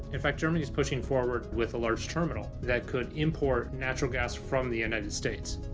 in fact, germany's pushing forward with a large terminal that could import natural gas from the united states.